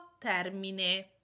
termine